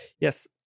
Yes